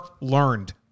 learned